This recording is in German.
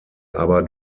aber